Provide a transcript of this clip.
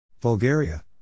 Bulgaria